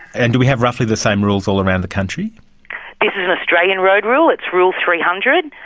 and do we have roughly the same rules all around the country? this is an australian road rule, it's rule three hundred,